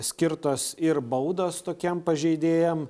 skirtos ir baudos tokiem pažeidėjam